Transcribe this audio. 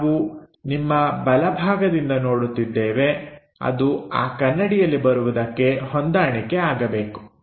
ನಾವು ನಿಮ್ಮ ಬಲಭಾಗದಿಂದ ನೋಡುತ್ತಿದ್ದೇವೆ ಅದು ಆ ಕನ್ನಡಿಯಲ್ಲಿ ಬರುವುದಕ್ಕೆ ಹೊಂದಾಣಿಕೆ ಆಗಬೇಕು